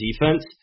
defense